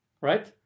right